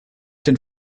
den